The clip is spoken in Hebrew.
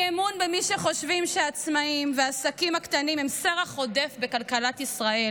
אי-אמון במי שחושבים שהעצמאים והעסקים הקטנים הם סרח עודף בכלכלת ישראל,